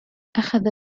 أخذ